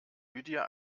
lydia